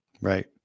right